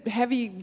heavy